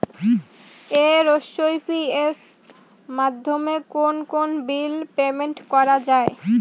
AEPS মাধ্যমে কোন কোন বিল পেমেন্ট করা যায়?